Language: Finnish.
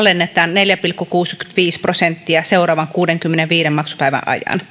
neljä pilkku kuusikymmentäviisi prosenttia seuraavan kuudenkymmenenviiden maksupäivän ajan